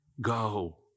Go